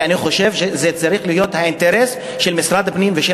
ואני חושב שזה צריך להיות האינטרס של משרד הפנים ושל